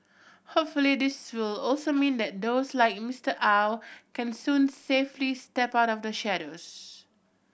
hopefully this will also mean that those like Mister Aw can soon safely step out of the shadows